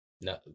No